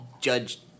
judge